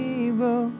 evil